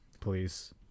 Please